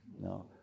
No